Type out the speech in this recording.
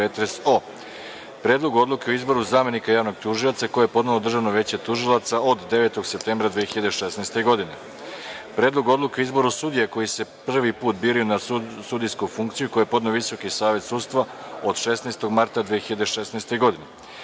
Predlogu odluke o izboru zamenika javnog tužioca, koji je podnelo Državno veće tužilaca, od 9. septembra 2016. godine, Predlogu odluke o izboru sudija koji se prvi put biraju na sudijsku funkciju, koji je podneo Visoki Savet sudstva, od 16. marta 2016. godine,